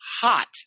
hot